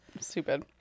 stupid